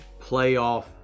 playoff